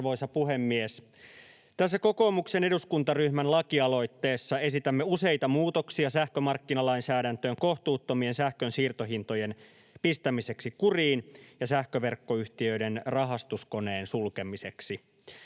Arvoisa puhemies! Tässä kokoomuksen eduskuntaryhmän lakialoitteessa esitämme useita muutoksia sähkömarkkinalainsäädäntöön kohtuuttomien sähkön siirtohintojen pistämiseksi kuriin ja sähköverkkoyhtiöiden rahastuskoneen sulkemiseksi.